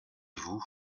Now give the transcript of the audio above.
vous